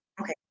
Okay